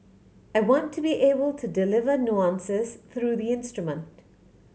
I want to be able to deliver nuances through the instrument